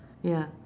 ya